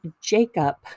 Jacob